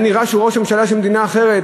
היה נראה שזה ראש ממשלה של מדינה אחרת.